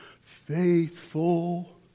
faithful